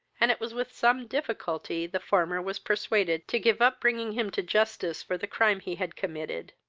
and it was with some difficulty the former was persuaded to give up bringing him to justice for the crime he had committed.